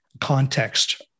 context